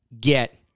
get